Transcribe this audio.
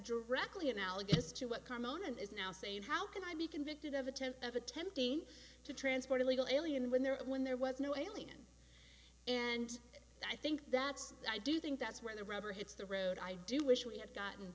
directly analogous to what carmona is now saying how can i be convicted of a tenth of attempting to transport illegal alien when they're when there was no alien and i think that's i do think that's where the rubber hits the road i do wish we had gotten